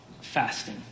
fasting